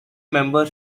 member